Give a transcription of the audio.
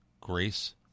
Grace